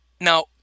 Now